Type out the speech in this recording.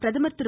பிரதமர் திரு